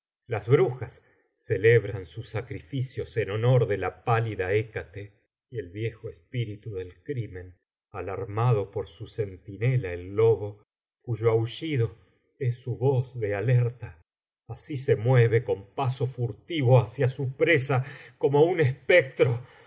las brujas celebran sus sacrificios en honor de la pálida hécate y el viejo espíritu del crimen alarmado por su centinela el lobo cuyo aullido es su voz de alerta así se mueve con paso furtivo hacia su presa como un espectro